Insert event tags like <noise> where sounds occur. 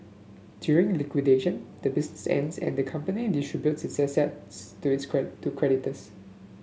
during liquidation the business ends and the company distributes its assets to <unintelligible> to creditors